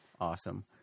awesome